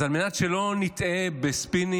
אז על מנת שלא נטעה בספינים,